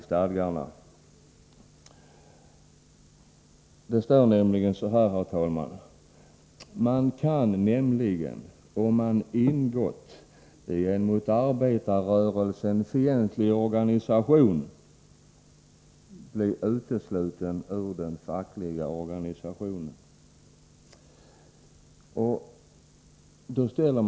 Så här lyder den: Man kan nämligen, om man har ingått i en mot arbetarrörelsen fientlig organisation, bli utesluten ur den fackliga organisationen.